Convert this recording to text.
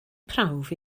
prawf